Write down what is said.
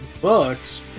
books